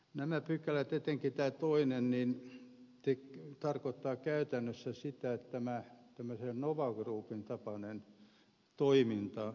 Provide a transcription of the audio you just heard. nämä pykälät etenkin tämä toinen tarkoittavat käytännössä sitä että tämmöinen nova groupin tapainen toiminta muuttuisi rikokseksi